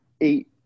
eight